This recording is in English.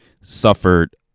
suffered